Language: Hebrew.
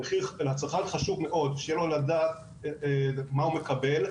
לצרכן חשוב מאוד לדעת מה הוא מקבל,